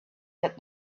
that